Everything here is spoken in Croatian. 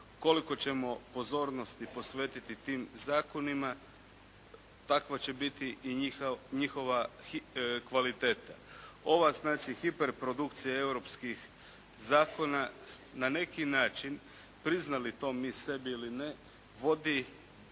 koliko ćemo pozornosti posvetiti tim zakonima takva će biti i njihova kvaliteta. Ova znači hiperprodukcija europskih zakona na neki način priznali to mi sebi ili ne, vodi